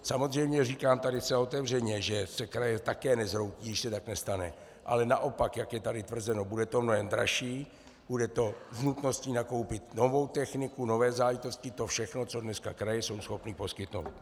Samozřejmě říkám tady zcela otevřeně, že se kraje také nezhroutí, když se tak nestane, ale naopak, jak je tady tvrzeno, bude to mnohem dražší, bude to s nutností nakoupit novou techniku, nové záležitosti, to všechno, co dneska kraje jsou schopny poskytnout.